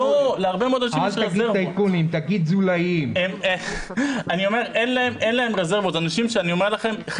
אנשים שאני אומר לכם,